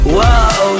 Whoa